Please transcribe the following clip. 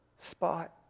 spot